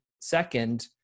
Second